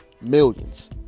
Millions